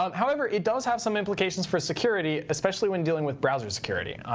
um however, it does have some implications for security, especially when dealing with browser security.